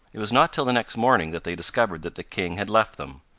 it was not till the next morning that they discovered that the king had left them,